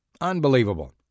Unbelievable